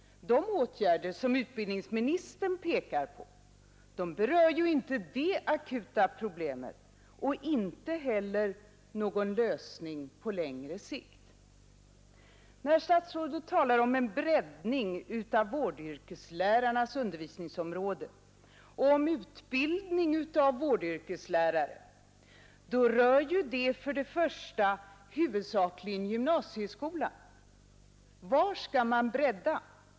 De åtgärder som utbildningsministern pekar på berör ju inte det akuta problemet och innebär inte heller någon lösning på längre sikt. När statsrådet talar om en breddning av vårdyrkeslärarnas undervisningsområden och om utbildning av vårdyrkeslärare, så rör ju det huvudsakligen gymnasieskolan. Var skall man bredda?